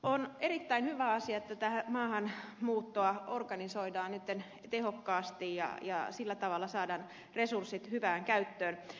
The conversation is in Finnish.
on erittäin hyvä asia että maahanmuuttoa organisoidaan nyt tehokkaasti ja sillä tavalla saadaan resurssit hyvään käyttöön